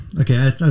Okay